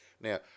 Now